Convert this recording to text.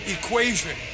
equation